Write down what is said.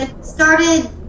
started